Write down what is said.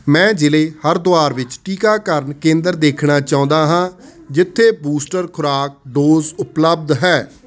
ਮੈਂ ਜ਼ਿਲ੍ਹੇ ਹਰਦੁਆਰ ਵਿੱਚ ਟੀਕਾਕਰਨ ਕੇਂਦਰ ਦੇਖਣਾ ਚਾਹੁੰਦਾ ਹਾਂ ਜਿੱਥੇ ਬੂਸਟਰ ਖੁਰਾਕ ਡੋਜ਼ ਉਪਲਬਧ ਹੈ